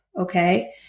okay